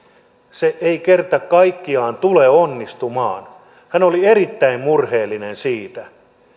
ei kerta kaikkiaan tule onnistumaan hän oli erittäin murheellinen siitä